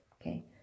okay